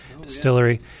Distillery